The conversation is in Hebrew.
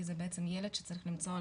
כי זה בעצם ילד שצריך לנסוע,